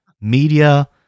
media